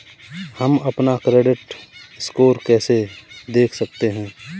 हम अपना credit score कैसे देख सकते हैं?